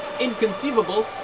Inconceivable